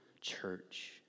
church